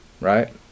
right